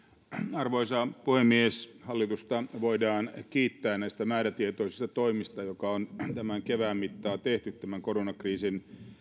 arvoisa puhemies hallitusta voidaan kiittää näistä määrätietoisista toimista jotka on tämän kevään mittaan tehty koronakriisin